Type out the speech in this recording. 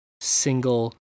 single